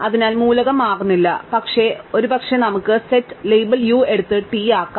അതിനാൽ മൂലകം മാറുന്നില്ല പക്ഷേ ഒരുപക്ഷേ നമുക്ക് സെറ്റ് ലേബൽ യു എടുത്ത് ടി ആക്കാം